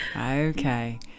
okay